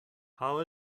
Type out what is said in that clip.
how